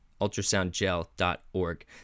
ultrasoundgel.org